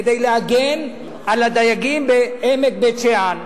כדי להגן על הדייגים בעמק בית-שאן.